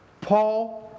Paul